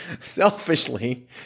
selfishly